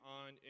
on